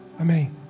Amen